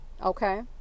okay